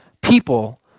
people